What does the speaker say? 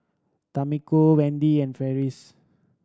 Tamiko Wendy and Farris